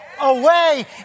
away